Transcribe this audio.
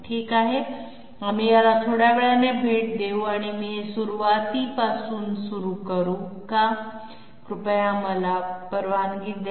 ठीक आहे आम्ही याला थोड्या वेळाने भेट देऊ किंवा मी हे सुरुवातीपासून सुरू करू का कृपया मला परवानगी द्या